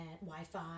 Wi-Fi